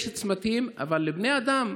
יש צמתים, אבל לבני אדם.